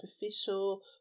superficial